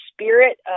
spirit